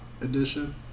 edition